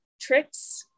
tricks